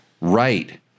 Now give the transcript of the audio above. Right